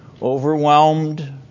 overwhelmed